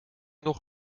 nog